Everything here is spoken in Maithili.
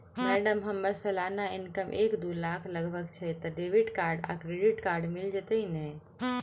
मैडम हम्मर सलाना इनकम एक दु लाख लगभग छैय तऽ डेबिट कार्ड आ क्रेडिट कार्ड मिल जतैई नै?